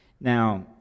Now